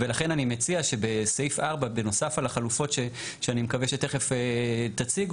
ולכן אני מציע שבסעיף 4 בנוסף על החלופות שאני מקווה שתיכף תציגו,